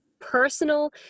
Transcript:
personal